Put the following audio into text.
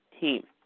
team